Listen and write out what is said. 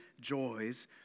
joys